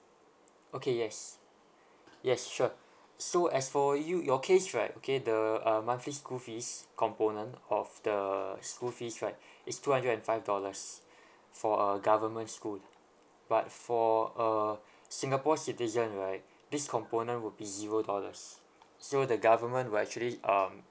okay yes yes sure so as for you your case right okay the uh monthly school fees component of the school fees right is two hundred and five dollars for a government school but for a singapore citizen right this component would be zero dollars so the government will actually um